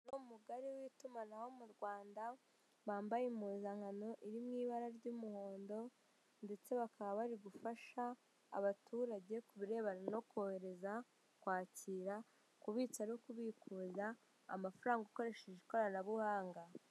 Umurongo mugari w'itumanaho mu Rwanda bambaye impuzankano iri mu ibara ry'umuhondo, ndetse bakaba bari gufasha abaturage ku birebana no koreza kwakira kubitsa no kubikuza amafaranga ukoresheje ikoranabuhanga.